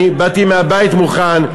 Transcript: אני באתי מהבית מוכן,